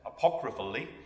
apocryphally